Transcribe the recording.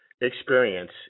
experience